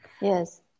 yes